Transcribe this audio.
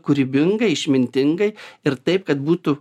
kūrybingai išmintingai ir taip kad būtų